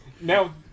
Now